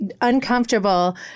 uncomfortable